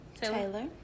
Taylor